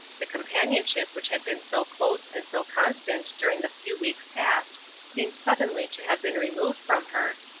the companionship which had been so close and so constant during the few weeks past seemed suddenly to have been removed from her,